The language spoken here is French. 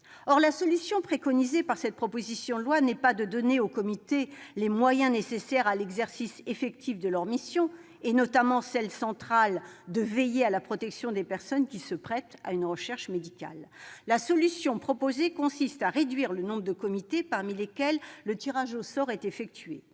Or la solution préconisée par cette proposition de loi n'est pas de donner aux comités les moyens nécessaires à l'exercice effectif de leurs missions, et notamment celle, centrale, de veiller à la protection des personnes qui se prêtent à une recherche médicale. La solution proposée consiste à réduire le nombre de comités parmi lesquels le tirage au sort est effectué.